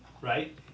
right